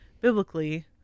biblically